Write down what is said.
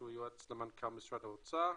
שהוא יועץ למנכ"ל משרד האוצר,